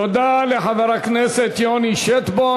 תודה לחבר הכנסת יוני שטבון.